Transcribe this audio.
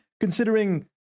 Considering